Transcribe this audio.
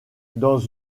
dans